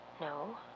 No